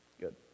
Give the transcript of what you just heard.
Good